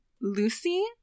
Lucy